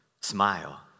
Smile